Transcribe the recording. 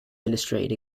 illustrated